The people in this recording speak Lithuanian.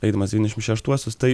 eidamas devyniašim šeštuosius tai